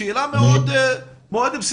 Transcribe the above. שאלה מאוד בסיסית.